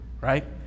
right